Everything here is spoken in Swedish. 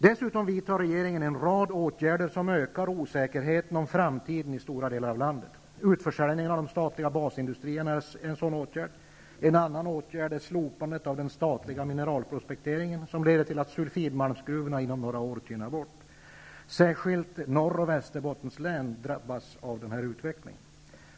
Dessutom vidtar regeringen en rad åtgärder som ökar osäkerheten om framtiden i stora delar av landet. Utförsäljningen av de statliga basindustrierna är en sådan åtgärd. En annan åtgärd är slopandet av den statliga mineralprospekteringen som leder till att sulfidmalmsgruvorna inom några år tynar bort. Särskilt Norrbottens och Västerbottens län drabbas av denna utveckling.